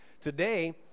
Today